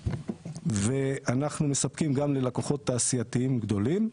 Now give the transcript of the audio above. ואנחנו מספקים גם ללקוחות תעשייתיים גדולים.